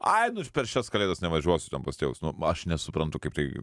ai nu per šitas kalėdas nevažiuosiu ten pas tėvus nu aš nesuprantu kaip tai